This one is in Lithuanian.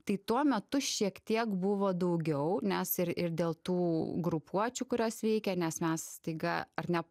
tai tuo metu šiek tiek buvo daugiau nes ir ir dėl tų grupuočių kurios veikė nes mes staiga ar ne